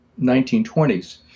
1920s